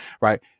right